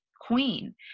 queen